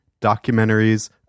documentaries